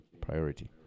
priority